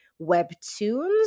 webtoons